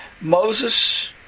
Moses